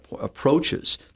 approaches